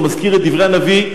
זה מזכיר את דברי הנביא,